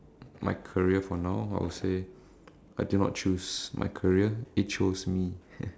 one fine day on my way home after an interview from some other job